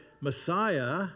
Messiah